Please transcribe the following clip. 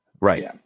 Right